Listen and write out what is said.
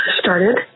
started